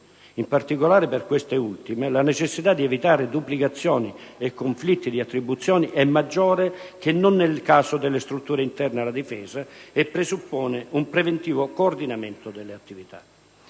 In particolare, per queste ultime, la necessità di evitare duplicazioni e conflitti di attribuzioni è maggiore che non nel caso delle strutture interne alla Difesa e presuppone un preventivo coordinamento delle attività.